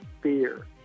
fear